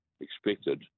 expected